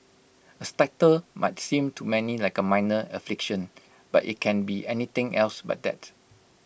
A stutter might seem to many like A minor affliction but IT can be anything else but that